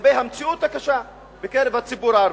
לגבי המציאות הקשה בקרב הציבור הערבי.